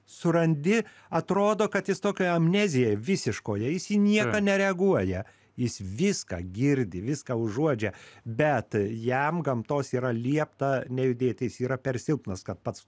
surandi atrodo kad jis tokioj amnezijoj visiškoj jis į nieką nereaguoja jis viską girdi viską užuodžia bet jam gamtos yra liepta nejudėt jis yra per silpnas kad pats